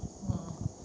ah